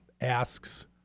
asks